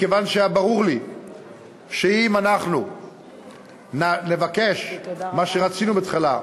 מכיוון שהיה ברור לי שאם אנחנו נבקש מה שרצינו בתחילה,